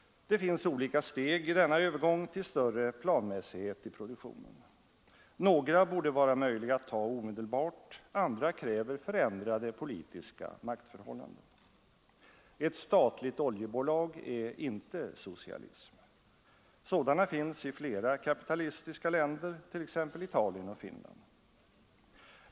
Det finns olika steg i denna övergång till större planmässighet i produktionen. Några borde vara möjliga att ta omedelbart, andra kräver förändrade politiska maktförhållanden. Ett statligt oljebolag är inte socialism. Sådana finns i flera kapitalistiska länder, t.ex. i Italien och Finland.